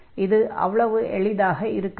இது அவ்வளவு எளிதாக இருக்காது